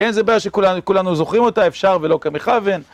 אין זה בעיה שכולנו... כולנו זוכרים אותה, אפשר, ולא כמכוון.